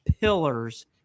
pillars